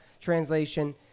translation